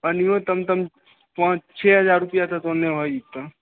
अनियों तब तब पाँच छओ हजार रुपैआ तक ओने होइ जेतऽ